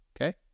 Okay